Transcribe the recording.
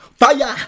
fire